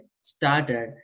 started